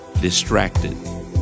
distracted